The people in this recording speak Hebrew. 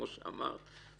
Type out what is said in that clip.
כמו שאמרת.